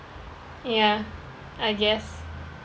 ya I guess